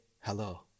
hello